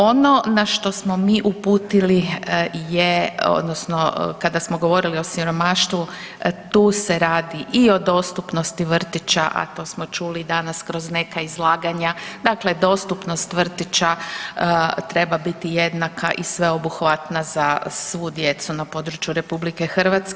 Ono na što smo mi uputili odnosno kada smo govorili o siromaštvu tu se radi i o dostupnosti vrtića, a to smo čuli danas kroz neka izlaganja, dakle dostupnost vrtića treba biti jednaka i sveobuhvatna za svu djecu na području RH.